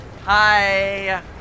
Hi